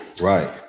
right